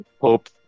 hope